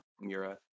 Mira